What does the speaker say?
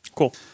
Cool